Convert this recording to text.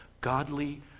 godly